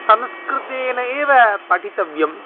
संस्कृतेन एव पठितव्यम्